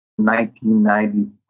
1994